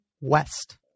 west